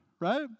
right